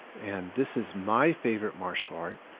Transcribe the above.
and this is my favorite martial art.